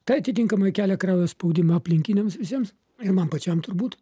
tai atitinkamai kelia kraujo spaudimą aplinkiniams visiems ir man pačiam turbūt